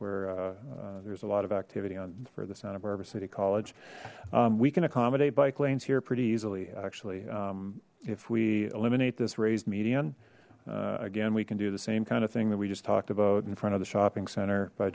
where there's a lot of activity on for the santa barbara city college we can accommodate bike lanes here pretty easily actually if we eliminate this raised median again we can do the same kind of thing that we just talked about in front of the shopping center by